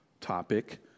topic